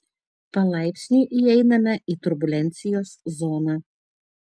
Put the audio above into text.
palaipsniui įeiname į turbulencijos zoną